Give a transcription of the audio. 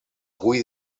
avui